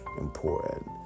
important